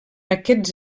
aquests